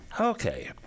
Okay